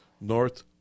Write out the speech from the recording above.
North